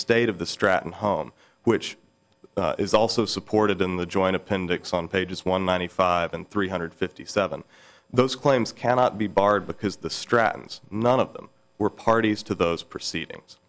state of the stratton home which is also supported in the joint appendix on pages one ninety five and three hundred fifty seven those claims cannot be barred because the stratton's none of them were parties to those proceedings